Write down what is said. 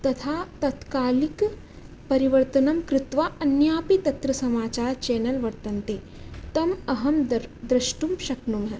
तथा तत्कालिकपरिवर्तनं कृत्वा अन्यापि तत्र समाचार् चेनेल् वर्तन्ते तं अहं दर् द्रष्टुं शक्नुमः